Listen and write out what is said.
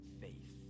faith